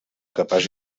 capaç